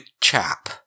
chap